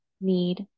need